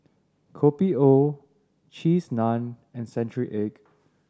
Kopi O Cheese Naan and century egg